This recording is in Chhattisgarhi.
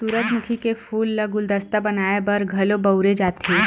सूरजमुखी के फूल ल गुलदस्ता बनाय बर घलो बउरे जाथे